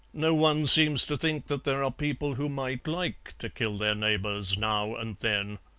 no one seems to think that there are people who might like to kill their neighbours now and then.